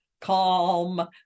calm